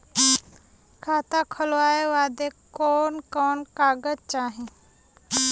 खाता खोलवावे बादे कवन कवन कागज चाही?